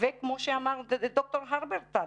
וכמו שאמר ד"ר הלברטל,